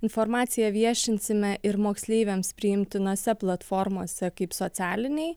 informacija viešinsime ir moksleiviams priimtinose platformose kaip socialiniai